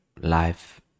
life